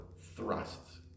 thrusts